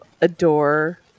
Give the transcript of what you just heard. adore